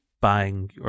buying